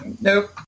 nope